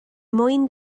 mwyn